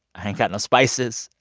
i ain't got no spices.